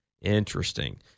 interesting